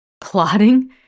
Plotting